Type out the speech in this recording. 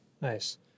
Nice